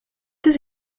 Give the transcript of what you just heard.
does